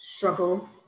struggle